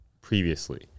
previously